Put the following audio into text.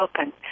open